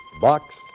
Box